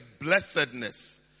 blessedness